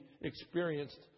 experienced